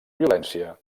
violència